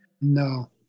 No